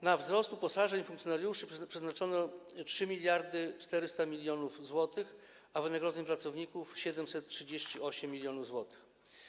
Na wzrost uposażeń funkcjonariuszy przeznaczono 3400 mln zł, a wynagrodzeń pracowników - 738 mln zł.